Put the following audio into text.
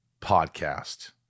podcast